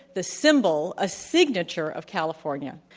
the symbol, a signature of california.